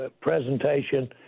presentation